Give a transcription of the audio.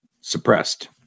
suppressed